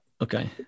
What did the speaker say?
Okay